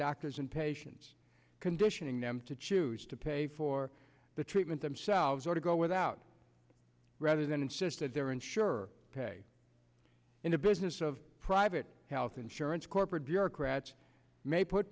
doctors and patients conditioning them to choose to pay for the treatment themselves or to go without rather than insisted their insurer pay in the business of private health insurance corporate